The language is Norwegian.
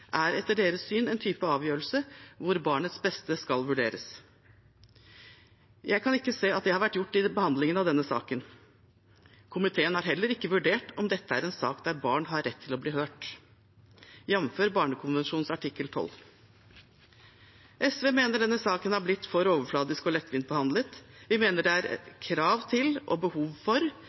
er etter deres syn en type avgjørelse hvor barnets beste skal vurderes. Jeg kan ikke se at det har vært gjort under behandlingen av denne saken. Komiteen har heller ikke vurdert om dette er en sak der barn har rett til å bli hørt, jf. barnekonvensjonens artikkel 12. SV mener denne saken har blitt for overfladisk og lettvint behandlet. Vi mener det er krav til og behov for